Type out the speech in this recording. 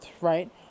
right